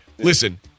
Listen